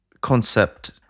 concept